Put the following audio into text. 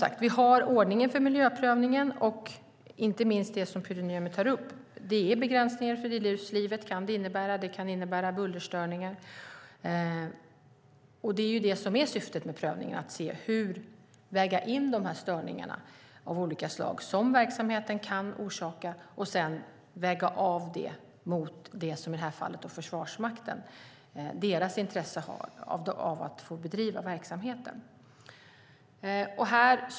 Vi har som sagt ordningen för miljöprövningen, och inte minst det som Pyry Niemi tar upp om att det kan innebära bullerstörningar och begränsningar av friluftslivet. Syftet med prövningen är att väga in störningar av olika slag som verksamheten kan orsaka och sedan väga av intresset, i det här fallet Försvarsmaktens, av att få bedriva verksamheten.